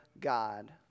God